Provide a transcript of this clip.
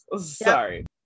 sorry